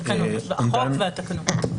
החוק והתקנות.